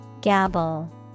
Gabble